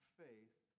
faith